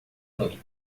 noite